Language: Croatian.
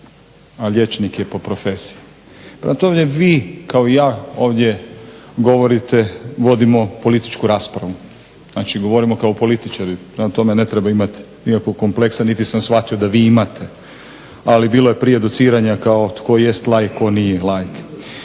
a liječnik je po profesiji. Prema tome, vi kao i ja ovdje govorite vodimo političku raspravu, znači govorimo kao političari prema tome ne treba imati nikakvog kompleksa niti sam shvatio da vi imate, ali bilo je prije duciranja kao tko jest laik ko nije laik.